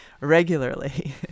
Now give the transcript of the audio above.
regularly